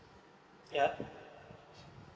yup